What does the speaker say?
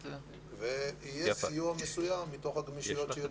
יהיה סיוע מסוים מתוך הגמישויות.